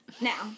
now